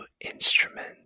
instrument